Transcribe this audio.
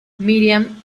miriam